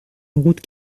route